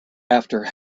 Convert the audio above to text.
after